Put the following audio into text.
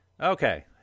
Okay